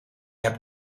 hebt